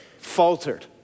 faltered